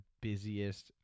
busiest